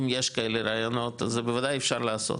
אם יש כאלה רעיונות אז בוודאי אפשר לעשות,